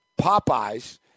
Popeyes